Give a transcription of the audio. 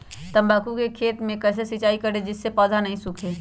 तम्बाकू के खेत मे कैसे सिंचाई करें जिस से पौधा नहीं सूखे?